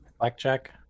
Blackjack